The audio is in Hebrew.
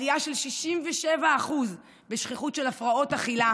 עלייה של 67% בשכיחות של הפרעות אכילה